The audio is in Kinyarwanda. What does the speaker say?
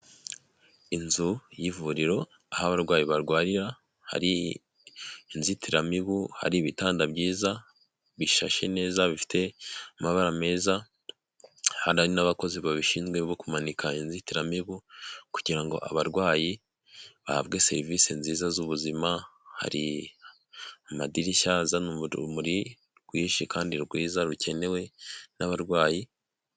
Inzu y'ivuriro aho abarwayi barwarira, hari inzitiramibu, hari ibitanda byiza bishashe neza bifite amabara meza, hari n'abakozi babishinzwe bo kumanika inzitiramibu kugira ngo abarwayi bahabwe serivisi nziza z'ubuzima, hari amadirishya azana urumuri rwinshi kandi rwiza rukenewe n'abarwayi.